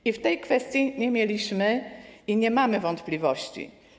I w tej kwestii nie mieliśmy ani nie mamy wątpliwości.